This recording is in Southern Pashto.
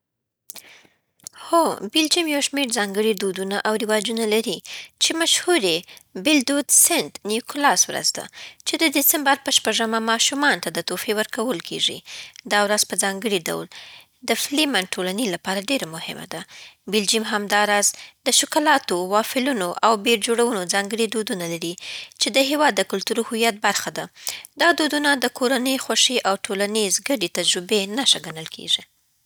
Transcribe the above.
هو، بلجیم یو شمېر ځانګړي دودونه او رواجونه لري چی مشهور یی بل دود سینټ نېکولاس ورځ ده، چې د دسمبر په شپږمه ماشومانو ته تحفې ورکول کېږي. دا ورځ په ځانګړي ډول د فلېمن ټولنې لپاره ډېره مهمه ده. بلجیم همداراز د شکلاتو، وافلونو، او بیر جوړونې ځانګړي دودونه لري، چې د هېواد د کلتوري هویت برخه ده. دا دودونه د کورنۍ، خوښۍ، او ټولنیزې ګډې تجربې نښه ګڼل کېږي.